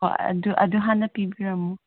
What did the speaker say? ꯍꯣꯏ ꯑꯗꯨ ꯍꯥꯟꯅ ꯄꯤꯕꯤꯔꯝꯃꯨ